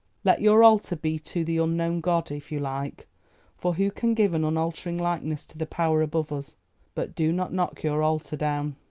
let your altar be to the unknown god if you like for who can give an unaltering likeness to the power above us but do not knock your altar down.